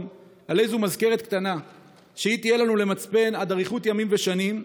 על איזו מזכרת קטנה שתהיה לנו למצפן עד אריכות ימים ושנים.